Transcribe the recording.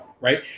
right